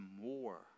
more